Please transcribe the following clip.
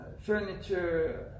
furniture